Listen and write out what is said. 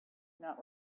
not